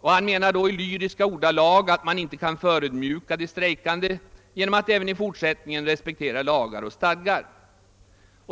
som i lyriska ordalag menar att man inte kan förödmjuka de strejkande genom att även i fortsättningen respektera lagar och stadgar.